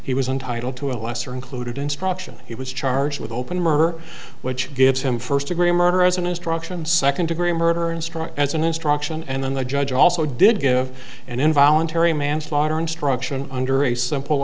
he was entitled to a lesser included instruction he was charged with open murder which gives him first degree murder as an instruction second degree murder and struck as an instruction and then the judge also did give an involuntary manslaughter instruction under a simple